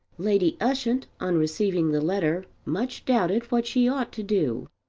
lady ushant on receiving the letter much doubted what she ought to do.